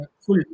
full